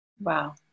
Wow